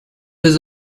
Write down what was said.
his